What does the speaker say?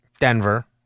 Denver